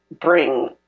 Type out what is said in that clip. bring